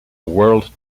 world